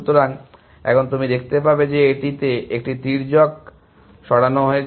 সুতরাং এখন তুমি দেখতে পাবে যে এটিতে একটি তির্যক সরানো হয়েছে